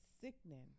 sickening